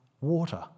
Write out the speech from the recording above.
water